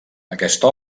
aquesta